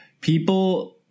people